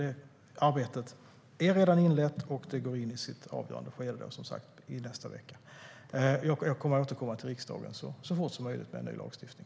Det arbetet är redan inlett och går in i sitt avgörande skede nästa vecka. Jag återkommer till riksdagen så fort som möjligt med förslag till ny lagstiftning.